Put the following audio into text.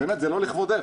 זה לא לכבודך,